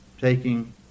taking